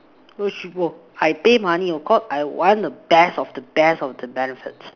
where she go I pay money of course I want the best of the best of the benefits